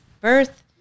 birth